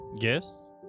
Yes